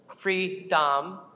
Freedom